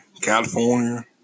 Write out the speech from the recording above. California